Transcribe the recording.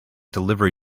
delivery